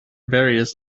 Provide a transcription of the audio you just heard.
various